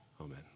Amen